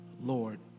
Lord